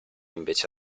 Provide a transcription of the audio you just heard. invece